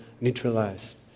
neutralized